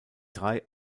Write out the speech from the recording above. drei